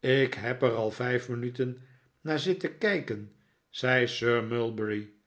ik neb er al vijf minuten naar zitten kijken zei